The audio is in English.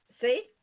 See